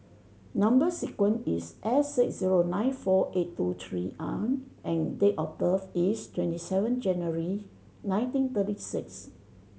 number sequence is S six zero nine four eight two three I and date of birth is twenty seven January nineteen thirty six